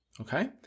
Okay